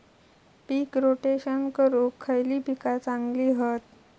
पीक rotation करूक खयली पीका चांगली हत?